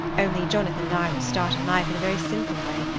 only jonathan and i will start in life in a very simple way,